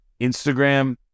Instagram